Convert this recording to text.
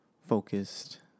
focused